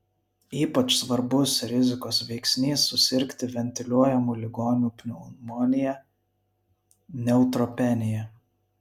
ypač svarbus rizikos veiksnys susirgti ventiliuojamų ligonių pneumonija neutropenija